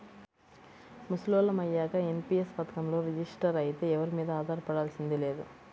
ముసలోళ్ళం అయ్యాక ఎన్.పి.యస్ పథకంలో రిజిస్టర్ అయితే ఎవరి మీదా ఆధారపడాల్సింది లేదు